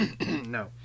no